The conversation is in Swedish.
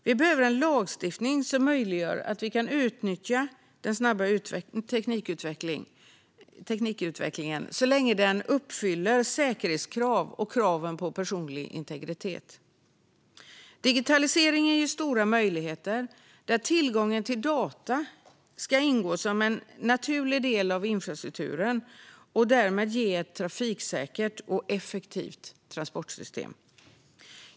Vi behöver en lagstiftning som möjliggör att vi kan utnyttja den snabba teknikutvecklingen så länge den uppfyller säkerhetskrav och krav på personlig integritet. Digitaliseringen ger stora möjligheter där tillgången till data ska ingå som en naturlig del av infrastrukturen och därmed ge ett trafiksäkert och effektivt transportsystem.